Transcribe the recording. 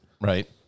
right